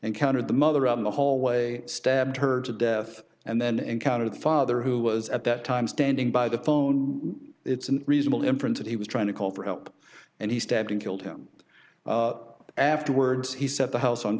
and countered the mother out in the hallway stabbed her to death and then encountered the father who was at that time standing by the phone it's a reasonable inference that he was trying to call for help and he stabbed and killed him afterwards he set the house on